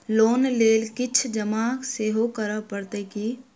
Loan लेल किछ जमा सेहो करै पड़त की?